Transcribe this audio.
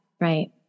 right